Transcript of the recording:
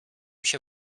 się